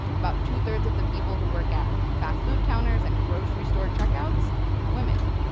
about two-thirds of the people who work at fast-food counters and grocery store checkouts women.